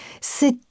C'est